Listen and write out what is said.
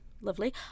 Lovely